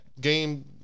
game